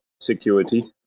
security